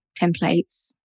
templates